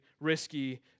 risky